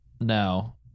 now